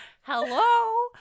hello